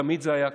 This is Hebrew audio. תמיד זה היה ככה.